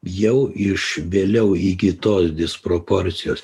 jau iš vėliau įgytos disproporcijos